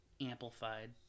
amplified